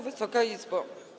Wysoka Izbo!